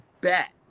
bet